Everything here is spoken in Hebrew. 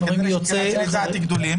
יוצא שכרו בהפסדו.